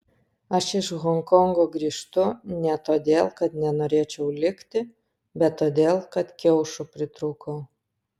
aš iš honkongo grįžtu ne todėl kad nenorėčiau likti bet todėl kad kiaušų pritrūkau